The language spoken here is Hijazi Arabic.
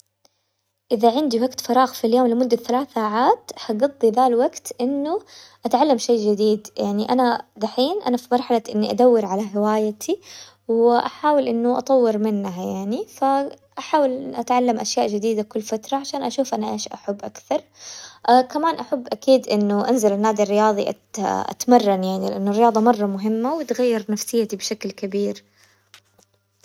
إذا عندي وقت فراغ في اليوم لمدة ثلاث ساعات حقضي ذا الوقت إنه أتعلم شي جديد، يعني أنا دحين أنا في مرحلة إني أدور على هواياتي وأحاول إنه أطور منها يعني، ف- أحاول إنه أتعلم أشياء جديدة كل فترة عشان أشوف أنا إيش أحب أكثر، كمان أحب أكيد إنه أنزل النادي الرياظي أتمرن يعني، لأنه الرياظة مرة مهمة وتغير نفسيتي بشكل كبير.